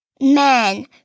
men